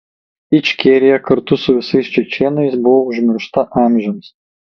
ičkerija kartu su visais čečėnais buvo užmiršta amžiams